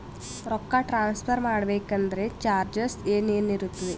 ರೊಕ್ಕ ಟ್ರಾನ್ಸ್ಫರ್ ಮಾಡಬೇಕೆಂದರೆ ಚಾರ್ಜಸ್ ಏನೇನಿರುತ್ತದೆ?